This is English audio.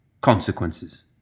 Consequences